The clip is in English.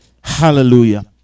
Hallelujah